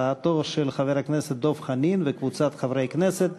הצעתו של חבר הכנסת דב חנין וקבוצת חברי כנסת.